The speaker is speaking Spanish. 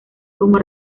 como